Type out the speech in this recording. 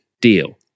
deal